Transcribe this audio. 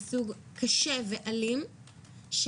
מהסוג קשה ואלים,